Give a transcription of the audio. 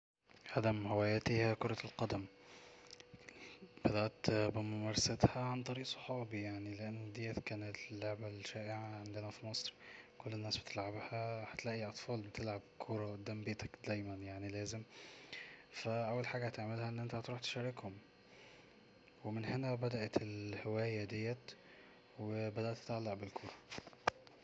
اقدم هواياتي هي كرة القدم بدأت بممارستها عن طريق صحابي يعني لان ديت كانت اللعبة الشائعة عندنا في مصر كل الناس بتلعبها هتلاقي اطفال بتلعب كورة قدام بيتك دائما يعني لازم ف اول حاجة هتعملها أن انت هتروح تشاركهم ومن هنا بدأت الهواية ديت وبدأت اتعلق بالكورة